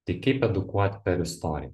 tai kaip edukuot per istoriją